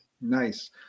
Nice